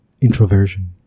introversion